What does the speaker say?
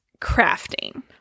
crafting